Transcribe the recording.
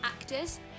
actors